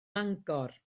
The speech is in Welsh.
mangor